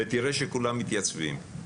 ותראה שכולם מתייצבים.